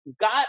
got